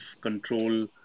control